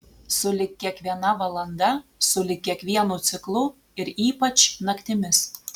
sulig kiekviena valanda sulig kiekvienu ciklu ir ypač naktimis